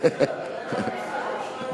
מיתון